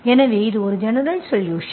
எனவே இது ஒரு ஜெனரல் சொலுஷன்